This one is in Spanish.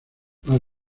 más